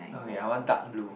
okay I want dark blue